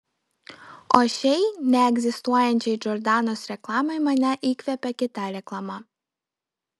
o šiai neegzistuojančiai džordanos reklamai mane įkvėpė kita reklama